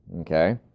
okay